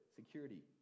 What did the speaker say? security